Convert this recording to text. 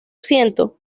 siento